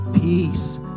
peace